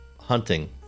hunting